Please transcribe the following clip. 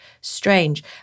strange